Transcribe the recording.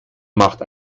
macht